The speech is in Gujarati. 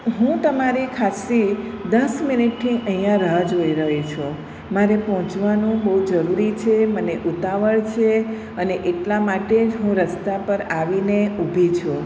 હું તમારી ખાસી દસ મિનિટથી અહીંયાં રાહ જોઈ રહી છું મારે પહોંચવાનું બહુ જરૂરી છે મને ઉતાવળ છે અને એટલા માટે જ હું રસ્તા પર આવીને ઊભી છું